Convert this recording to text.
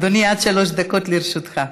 אדוני, עד שלוש דקות לרשותך.